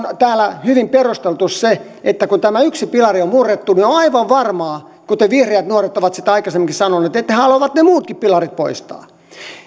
täällä on hyvin perusteltu kun tämä yksi pilari on murrettu niin on aivan varmaa kuten vihreät nuoret ovat sitä aikaisemminkin sanoneet että he haluavat ne muutkin pilarit poistaa